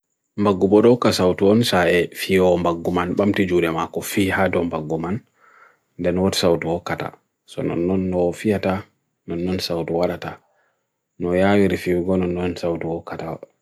Magguboroka sa utu onsa e fiyo om bagguman, bam tijuria mako fiyhaad om bagguman, dan what sa utu o kata, so nanon no fiyata, nanon nan sa utu watata, no yagiri fiyo gono nanon sa utu o kata.